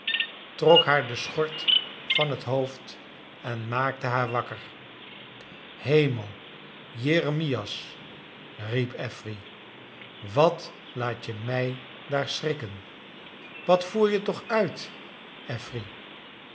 trok haar de schort van het hoofd en maakte haar wakker hemel jeremias riep affery wat laat je mij daar schrikken j wat voer je toch uit affery